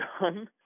done